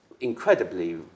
incredibly